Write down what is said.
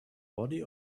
body